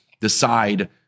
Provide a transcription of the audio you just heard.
decide